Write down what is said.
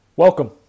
Welcome